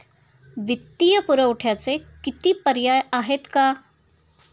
वित्तीय पुरवठ्याचे किती पर्याय आहेत का?